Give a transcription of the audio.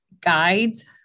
guides